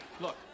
Look